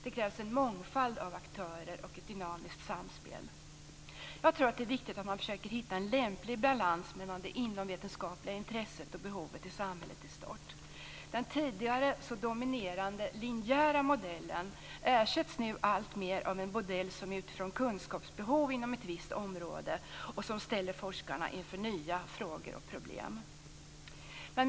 Det krävs en mångfald av aktörer och ett dynamiskt samspel. Jag tror att det är viktigt att man försöker hitta en lämplig balans mellan det inomvetenskapliga intresset och behovet i samhället i stort. Den tidigare så dominerande linjära modellen ersätts nu alltmer av en modell som utifrån ett kunskapsbehov inom ett visst område ställer forskarna inför nya frågor och problem.